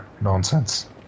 nonsense